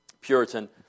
Puritan